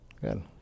Good